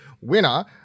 winner